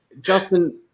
Justin